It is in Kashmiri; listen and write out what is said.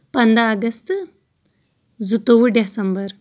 پنداہ اَگست زٕ تووُہ ڈیسمبر